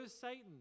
Satan